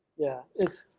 yeah, it's,